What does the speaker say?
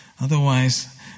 Otherwise